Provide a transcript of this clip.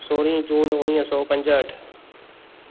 सोरहां जून उणिवीह सौ पंजहठि